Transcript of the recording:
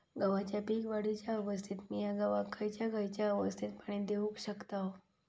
गव्हाच्या पीक वाढीच्या अवस्थेत मिया गव्हाक खैयचा खैयचा अवस्थेत पाणी देउक शकताव?